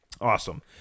Awesome